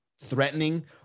threatening